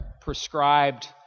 prescribed